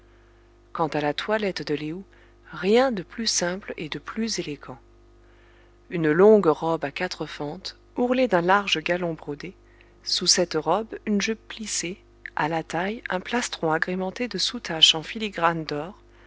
quant à la toilette de lé ou rien de plus simple et de plus élégant une longue robe à quatre fentes ourlée d'un large galon brodé sous cette robe une jupe plissée à la taille un plastron agrémenté de soutaches en filigranes d'or